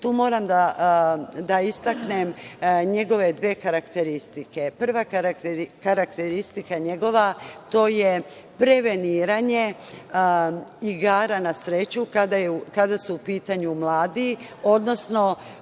tu moram da istaknem njegove dve karakteristike. Prva karakteristika njegova je preveniranje igara na sreću, kada su u pitanju mladi, odnosno